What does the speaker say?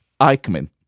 Eichmann